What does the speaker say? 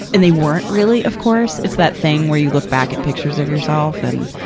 and they weren't really, of course. it's that thing where you look back at pictures of yourself. and,